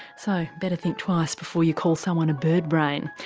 so, better think twice before you call someone a bird brain.